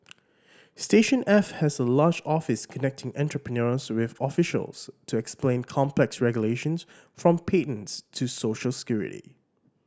station F has a large office connecting entrepreneurs with officials to explain complex regulations from patents to social security